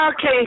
Okay